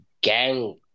gang